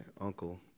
uncle